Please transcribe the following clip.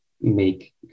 make